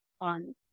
on